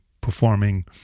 performing